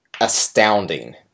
astounding